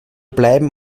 bleiben